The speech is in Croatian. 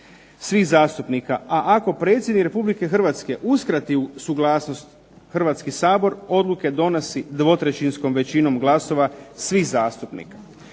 svih zastupnika. A ako predsjednik Republike Hrvatske uskrati suglasnost Hrvatski sabor odluke donosi dvotrećinskom većinom glasova svih zastupnika.